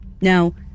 Now